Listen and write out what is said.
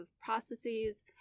processes